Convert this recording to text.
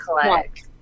collect